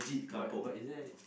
but but is there